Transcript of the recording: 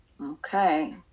okay